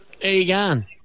Egan